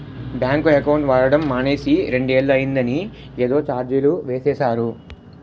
bank account వాడడం మానేసి రెండేళ్ళు అయిందని ఏదో చార్జీలు వేసేరు